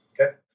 Okay